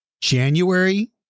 january